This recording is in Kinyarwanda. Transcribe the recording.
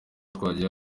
twagize